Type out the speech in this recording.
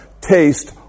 taste